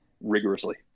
rigorously